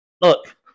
look